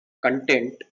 Content